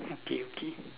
okay okay